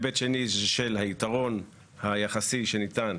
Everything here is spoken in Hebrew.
היבט שני של היתרון היחסי שניתן